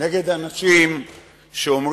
נגד אנשים שאומרים